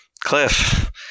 Cliff